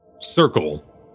circle